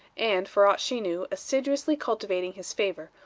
and, for aught she knew, assiduously cultivating his favor,